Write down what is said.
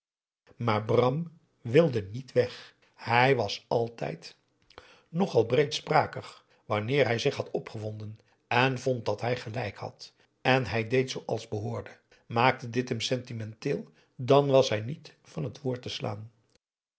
maar bram wilde niet weg hij was altijd eel al breedsprakig wanneer hij zich had opgewonden en vond dat hij gelijk had en hij deed zooals behoorde maakte dit hem sentimenteel dan was hij niet van het woord te slaan